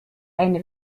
eine